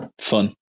fun